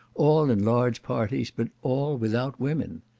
all in large parties but all without women.